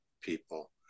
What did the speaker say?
people